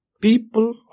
people